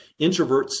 introverts